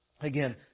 Again